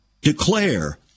declare